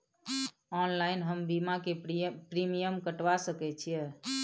Online हम बीमा के प्रीमियम कटवा सके छिए?